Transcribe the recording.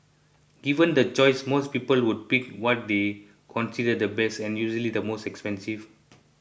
given the choice most people would pick what they consider the best and usually the most expensive